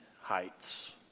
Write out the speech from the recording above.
heights